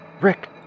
Rick